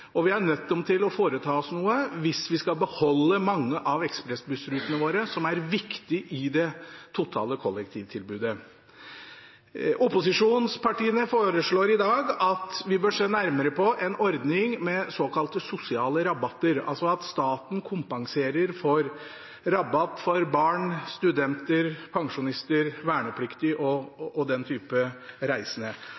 og vi er nødt til å foreta oss noe hvis vi skal beholde mange av ekspressbussrutene våre, som er viktige i det totale kollektivtilbudet. Opposisjonspartiene foreslår i dag at vi bør se nærmere på en ordning med såkalte sosiale rabatter, altså at staten kompenserer for rabatt for barn, studenter, pensjonister, vernepliktige og